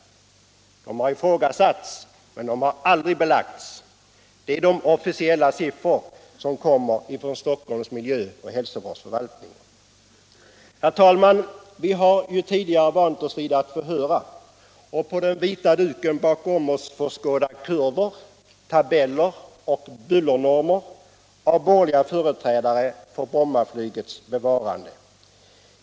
De har ifrågasatts. men aldrig vederlagts. Det är de officiella siffror som kommer från Stockholms miljö och hälsovårdsförvaltning. Herr talman! Vi har tidigare vant oss vid att få höra och på den vita duken bakom oss få skåda kurvor. tabeller och bullernormer presenterade av borgerliga företrädare för Brommaflygets bevarande.